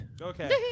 Okay